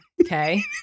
Okay